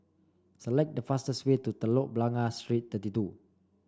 select the fastest way to Telok Blangah Street Thirty two